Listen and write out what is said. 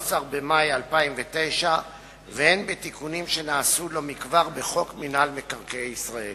12 במאי 2009 והן בתיקונים שנעשו לא מכבר בחוק מינהל מקרקעי ישראל.